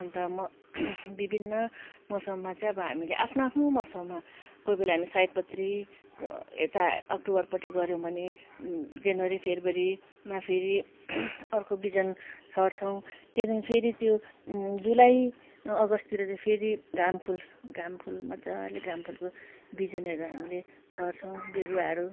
अन्त म विभिन्न मौसममा चाहिँ हामीले आफ्नो आफ्नो मौसममा कोही बेला हामी सयपत्री यता अक्टोबरपट्टि गऱ्यौँ भने जनवरी फब्रुअरीमा फेरि अर्को बिजन छर्छौँ त्यहाँदेखि फेरि त्यो जुलाई अगस्टतिर चाहिँ फेरि घामफुल घामफुल मजाले घामफुलको बिजनहरू हामीले छर्छौँ बिरुवाहरू